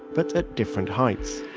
but at different heights.